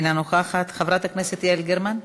אינה נוכחת, חברת הכנסת יעל גרמן.